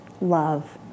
love